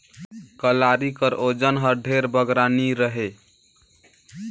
कलारी कर ओजन हर ढेर बगरा नी रहें